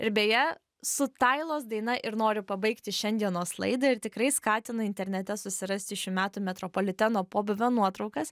ir beje su tailos daina ir noriu pabaigti šiandienos laidą ir tikrai skatinu internete susirasti šių metų metropoliteno pobūvio nuotraukas